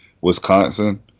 Wisconsin